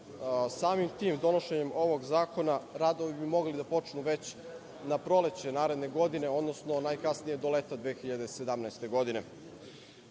Samim tim, donošenjem ovog zakona radovi bi mogli da počnu već na proleće naredne godine, najkasnije do leta 2017. godine. Sam